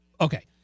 Okay